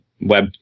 web